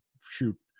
shoot